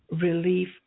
relief